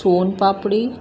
सोन पापड़ी